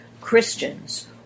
Christians